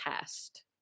test